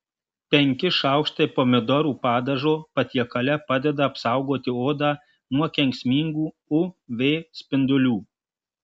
penki šaukštai pomidorų padažo patiekale padeda apsaugoti odą nuo kenksmingų uv spindulių